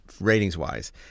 ratings-wise